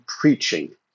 preaching